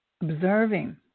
observing